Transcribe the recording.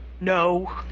no